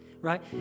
right